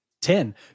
Ten